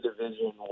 Division